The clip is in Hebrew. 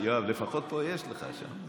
יואב, לפחות פה יש לך שם.